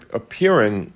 appearing